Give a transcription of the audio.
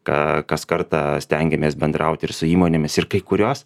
ką kas kartą stengiamės bendraut ir su įmonėmis ir kai kurios